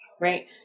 right